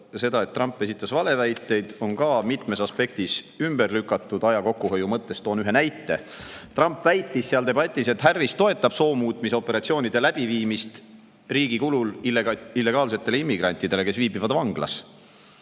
see, et Trump esitas valeväiteid, on ka mitmes aspektis ümber lükatud. Aja kokkuhoiu mõttes toon vaid ühe näite. Trump väitis debatis, et Harris toetab riigi kulul soomuutmisoperatsioonide läbiviimist illegaalsetele immigrantidele, kes viibivad vanglas.